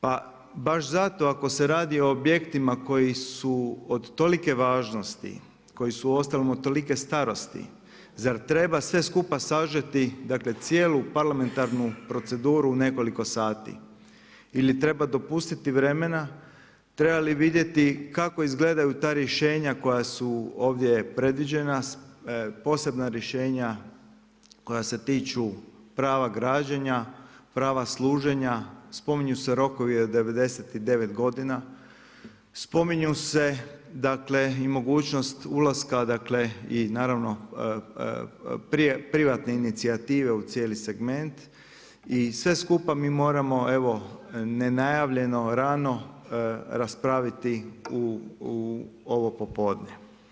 Pa baš zato ako se radi o objektima koji su od tolike važnosti, koji su uostalom od tolike starosti, zar treba sve skupa sažeti, cijelu parlamentarnu proceduru u nekoliko sati ili treba dopustiti vremena, treba li vidjeti kako izgledaju ta rješenja koja su ovdje predviđena, posebna rješenja koja se tiču prava građenja, prava služenja, spominju se rokovi od 99 godina, spominje se i mogućnost ulaska i privatne inicijative u cijeli segment i sve skupa mi moramo nenajavljeno, rano raspraviti u ovo podne.